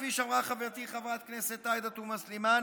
כפי שאמרה חברתי חברת הכנסת עאידה תומא סלימאן,